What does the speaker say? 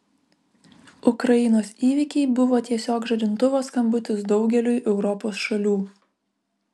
ukrainos įvykiai buvo tiesiog žadintuvo skambutis daugeliui europos šalių